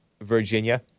Virginia